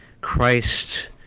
christ